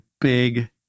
big